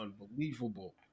unbelievable